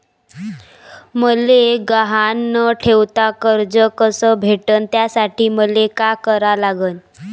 मले गहान न ठेवता कर्ज कस भेटन त्यासाठी मले का करा लागन?